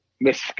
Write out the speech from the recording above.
miss